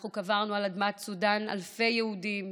אנחנו קברנו על אדמת סודן אלפי יהודים,